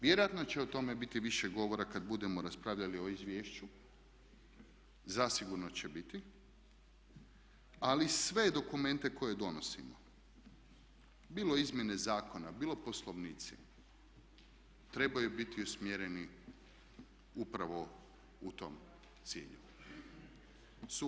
Vjerojatno će o tome biti više govora kad budemo raspravljali o izvješću, zasigurno će biti ali sve dokumente koje donosimo bilo izmjene zakona, bilo poslovnici trebaju biti usmjereni upravo u tom cilju.